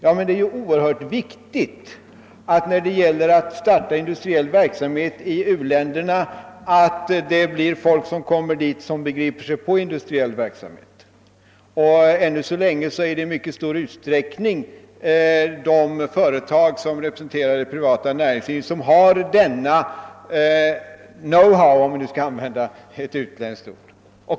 Ja, men det är också oerhört viktigt att vid startandet av industriell verksamhet i u-länderna ha folk som begriper sig på sådan verksamhet. ännu så länge är det i mycket stor utsträckning de företag som representerar det privata : näringslivet som har denna know-how, för att använda ett utländskt ord.